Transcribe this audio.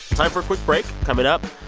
time for a quick break coming up,